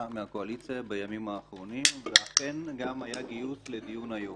מהקואליציה בימים האחרונים ואכן גם היה גיוס לדיון היום.